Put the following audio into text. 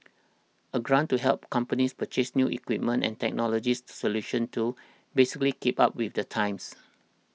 a grant to help companies purchase new equipment and technologies solutions to basically keep up with the times